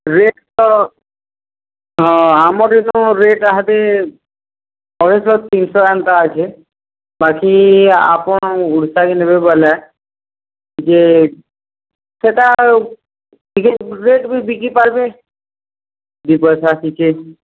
rate ତ ହଁ ଆମର ଯେଉଁ ରେଟ୍ ଇହାଦେ ଅଢ଼େଇଶହ ତିନିଶହ ଏନ୍ତା ଅଛେ ବାକି ଆପଣ ଓଡ଼ିଶାକୁ ନେବେ ବୋଲେ ଯେ ସେଟା ଟିକେ ରେଟ୍ ବି ବିକି ପାରବେ ଦୁଇ ପଇସା ଟିକେ